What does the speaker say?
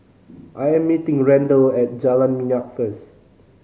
I'm meeting Randel at Jalan Minyak first